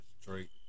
straight